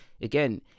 again